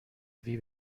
روی